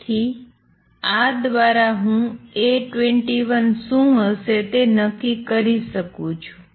તેથી આ દ્વારા હું A21 શું હશે તે નક્કી કરી શકું છું